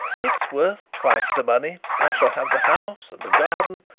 it's worth twice the money. i shall have the house and the garden,